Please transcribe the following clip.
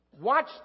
Watch